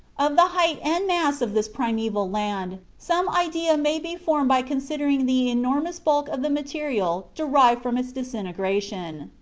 of the height and mass of this primeval land some idea may be formed by considering the enormous bulk of the material derived from its disintegration.